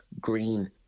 green